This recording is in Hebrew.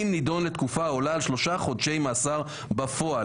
אם נידון לתקופה העולה על שלושה חודשי מאסר בפועל